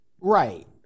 Right